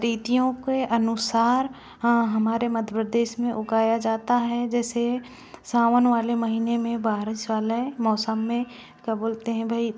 रीतियों के अनुसार हँ हमारे मध्य प्रदेश में उगाया जाता है जैसे सावन वाले महीने में बारिश वाले मौसम में का बोलते हैं भई